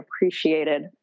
appreciated